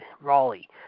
Raleigh